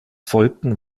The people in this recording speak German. folgten